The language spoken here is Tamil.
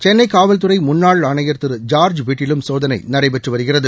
சென்னை காவல்துறை முன்னாள் ஆணையா் திரு ஜாாஜ் வீட்டிலும் சோதனை நடைபெற்று வருகிறது